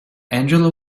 angela